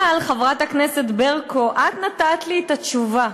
אבל, חברת הכנסת ברקו, את נתת לי את התשובה.